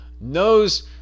knows